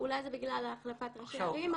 אני חושב שבגלל שראינו לאורך השנים את כל הבעיות האלה,